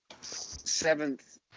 seventh